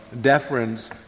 deference